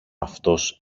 αυτός